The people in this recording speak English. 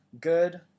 good